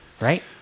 Right